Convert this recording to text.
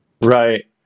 Right